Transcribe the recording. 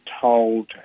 told